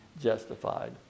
justified